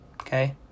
Okay